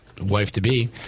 wife-to-be